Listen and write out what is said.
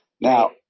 now